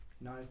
No